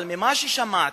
אבל ממה ששמעתי,